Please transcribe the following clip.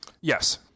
Yes